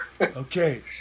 Okay